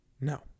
No